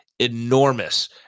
enormous